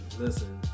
listen